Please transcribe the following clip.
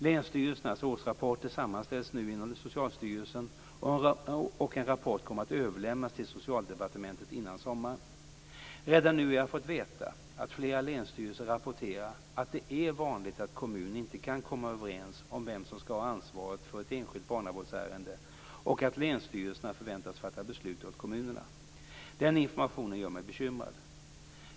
Länsstyrelsernas årsrapporter sammanställs nu inom Socialstyrelsen, och en rapport kommer att överlämnas till Socialdepartementet innan sommaren. Redan nu har jag fått veta att flera länsstyrelser rapporterat att det är vanligt att kommuner inte kan komma överens om vem som skall ha ansvaret för ett enskilt barnavårdsärende och att länsstyrelserna förväntas fatta beslut åt kommunerna. Den informationen gör mig bekymrad.